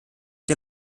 der